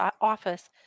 office